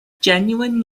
genuine